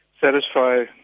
satisfy